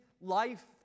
life